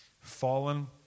Fallen